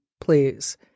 Please